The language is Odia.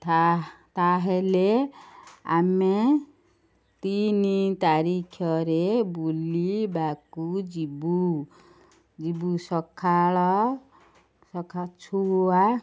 ତା'ହେଲେ ଆମେ ତିନି ତାରିଖରେ ବୁଲିବାକୁ ଯିବୁ ଯିବୁ ସଖାଳ ଛୁଆ